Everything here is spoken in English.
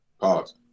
pause